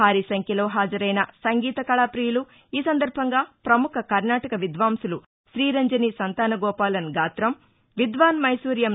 భారీ సంఖ్యలో హాజరైన సంగీత కళా ప్రియులు ఈ సందర్భంగా ప్రముఖ కర్ణాటక విద్వాంసులు తీ రంజని సంతానగోపాలన్ గాత్రం విద్వాన్ మైసూర్ ఎం